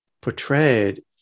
portrayed